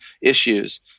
issues